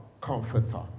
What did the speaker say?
comforter